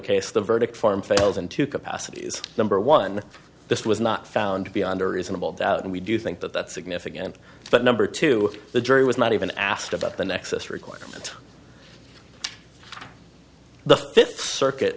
case the verdict form fails and two capacities number one this was not found beyond a reasonable doubt and we do think that that's significant but number two the jury was not even asked about the nexus requirement the fifth circuit